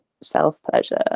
self-pleasure